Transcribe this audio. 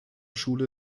schule